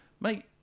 Mate